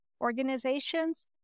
organizations